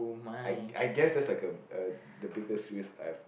I I guess that's like a a the biggest risk I've